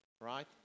Right